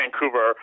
Vancouver